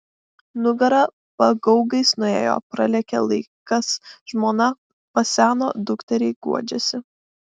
nugara pagaugais nuėjo pralėkė laikas žmona paseno dukteriai guodžiasi